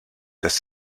dass